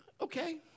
Okay